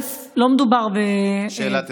שאלת המשך.